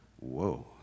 Whoa